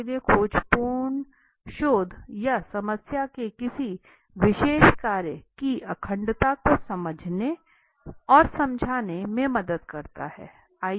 इसलिए खोजपूर्ण शोध शोध या समस्या के किसी विशेष कार्य की अखंडता को समझाने और समझने में मदद करता है